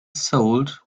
sold